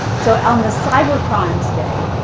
so on the cyber crimes day,